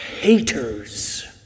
Haters